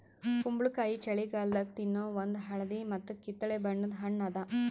ಕುಂಬಳಕಾಯಿ ಛಳಿಗಾಲದಾಗ ತಿನ್ನೋ ಒಂದ್ ಹಳದಿ ಮತ್ತ್ ಕಿತ್ತಳೆ ಬಣ್ಣದ ಹಣ್ಣ್ ಅದಾ